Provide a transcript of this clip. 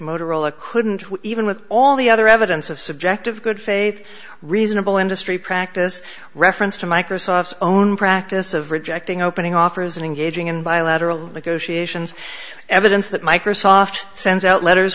motorola couldn't even with all the other evidence of subjective good faith reasonable industry practice reference to microsoft's own practice of rejecting opening offers an engaging in bilateral negotiations evidence that microsoft sends out letters